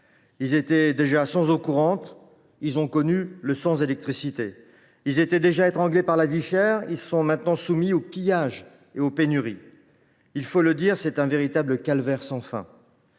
Ils étaient déjà sans eau courante ; ils connaissent maintenant le « sans électricité ». Ils étaient déjà étranglés par la vie chère ; ils sont maintenant soumis aux pillages et aux pénuries. Il faut le dire, c’est un calvaire sans fin